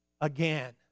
again